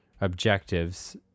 objectives